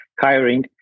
hiring